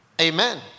Amen